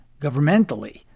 governmentally